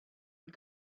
and